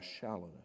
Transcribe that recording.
shallowness